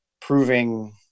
proving